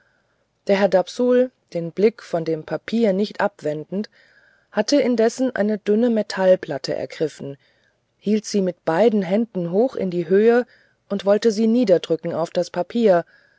der herr dapsul den blick von dem papier nicht wegwendend hatte indessen eine dünne metallplatte ergriffen hielt sie mit beiden händen hoch in die höhe und wollte sie niederdrücken auf das papier